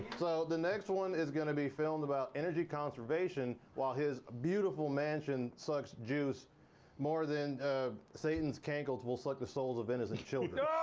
so the next one is gonna be filmed about energy conservation while his beautiful mansion sucks juice more than satan's cankles will suck the souls of innocent children.